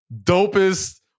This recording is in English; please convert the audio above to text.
dopest